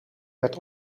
werd